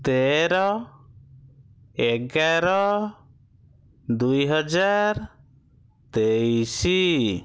ତେର ଏଗାର ଦୁଇହଜାର ତେଇଶି